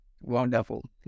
Wonderful